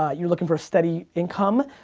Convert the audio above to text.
ah you're looking for steady income,